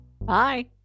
Bye